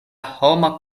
homa